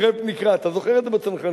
הקרפ נקרע, אתה זוכר את זה בצנחנים?